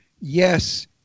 yes